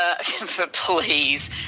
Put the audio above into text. Please